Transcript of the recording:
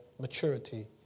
maturity